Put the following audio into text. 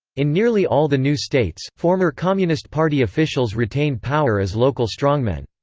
in nearly all the new states, former communist party officials retained power as local strongmen.